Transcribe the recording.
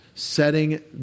setting